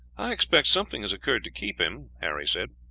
i expect something has occurred to keep him, harry said.